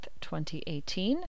2018